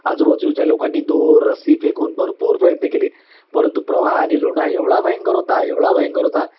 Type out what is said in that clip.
आजूबाजूच्या लोकांनी दोर रस्सी फेकून भरपूर प्रयत्न केले परंतु प्रवाह आणि लोंढा एवढा भयंकर होता एवढा भयंकर होता